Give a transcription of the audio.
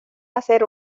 hacer